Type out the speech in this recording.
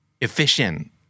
Efficient